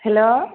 hello